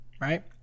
right